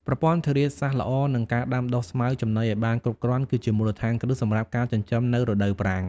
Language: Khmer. ប្រព័ន្ធធារាសាស្រ្តល្អនិងការដាំដុះស្មៅចំណីឱ្យបានគ្រប់គ្រាន់ គឺជាមូលដ្ឋានគ្រឹះសម្រាប់ការចិញ្ចឹមនៅរដូវប្រាំង។